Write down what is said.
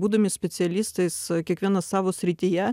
būdami specialistais kiekvienas savo srityje